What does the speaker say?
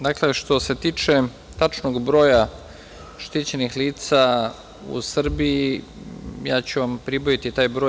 Dakle, što se tiče tačnog broja štićenih lica u Srbiji, ja ću vam pribaviti taj broj.